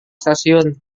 stasiun